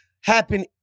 happen